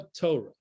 Torah